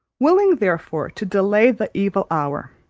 willing therefore to delay the evil hour,